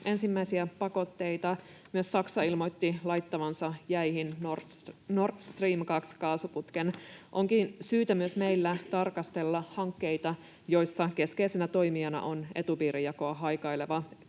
ensimmäisiä pakotteita, myös Saksa ilmoitti laittavansa jäihin Nord Stream 2 ‑kaasuputken. Onkin syytä myös meillä tarkastella hankkeita, joissa keskeisenä toimijana on etupiirijakoa haikaileva,